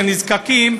לנזקקים,